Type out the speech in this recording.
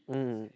hmm